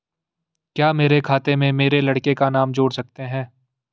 क्या मेरे खाते में मेरे लड़के का नाम जोड़ सकते हैं?